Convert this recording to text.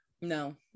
no